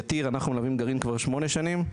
יתיר אנחנו מלווים גרעין כבר גם שמונה שנים,